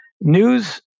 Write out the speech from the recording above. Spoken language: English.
news